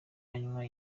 anywa